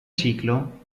ciclo